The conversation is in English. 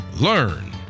learn